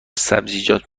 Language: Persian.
سبزیجات